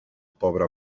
pobre